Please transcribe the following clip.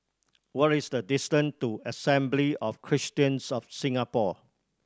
what is the distance to Assembly of Christians of Singapore